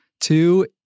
Two